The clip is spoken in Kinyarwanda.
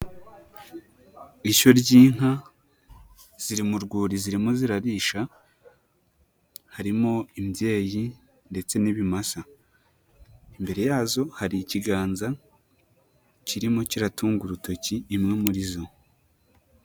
Ishyo ry'inka ziri mu rwuri zirimo zirarisha, harimo imbyeyi ndetse n'ibimasa, imbere yazo hari ikiganza kirimo kiratunga urutoki imwe muri zo.